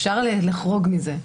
אפשר לחרוג מזה.